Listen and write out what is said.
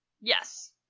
yes